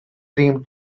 dream